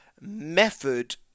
Method